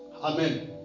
Amen